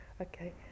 Okay